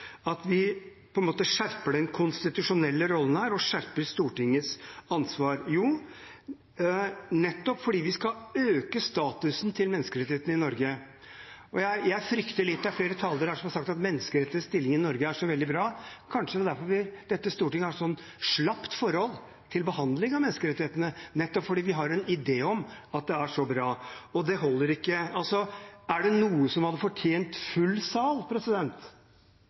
at vi på en måte skjerper den konstitusjonelle rollen og skjerper Stortingets ansvar? Jo, det er nettopp fordi vi skal øke statusen til menneskerettighetene i Norge. Flere talere har sagt at menneskerettighetenes stilling i Norge er så veldig bra. Kanskje det er derfor dette storting har et så slapt forhold til behandling av menneskerettighetene, nettopp fordi vi har en idé om at det er så bra? Det holder ikke. Er det noe som hadde fortjent full sal,